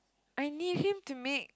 I need him to make